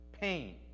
pain